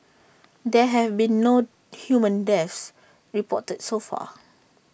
there have been no human deaths reported so far